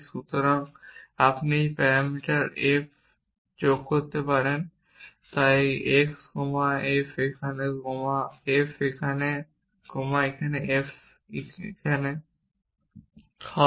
সুতরাং আপনি একটি প্যারামিটার হিসাবে f যোগ করতে পারেন তাই x কমা f হবে